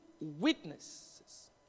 witnesses